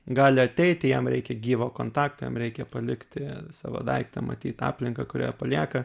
gali ateiti jam reikia gyvo kontakto jam reikia palikti savo daiktą matyt aplinka kurią palieka